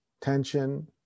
tension